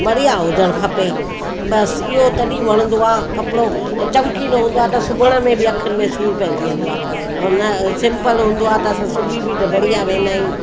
बढ़िया हुजणु खपे बसि इहो तॾहिं वणंदो आहे कपिड़ो चमकीलो हूंदो आहे त सिबण में बि अखियुनि में सूरु पइजी वेंदो आहे ऐं न सिम्पल हूंदो आहे त असां सिबी बि बढ़िया वेंदा आहियूं